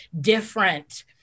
different